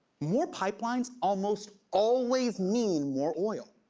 more pipelines almost always mean more oil.